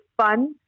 fun